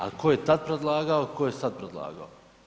Ali tko je tad predlagao, a tko je sad predlagao?